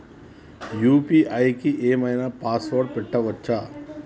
UPI కి ఏం ఐనా పాస్వర్డ్ పెట్టుకోవచ్చా?